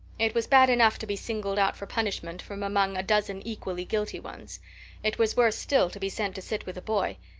it was bad enough to be singled out for punishment from among a dozen equally guilty ones it was worse still to be sent to sit with a boy,